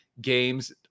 games